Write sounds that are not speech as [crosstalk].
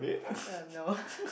uh no [laughs]